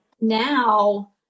now